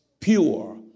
pure